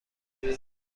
کنین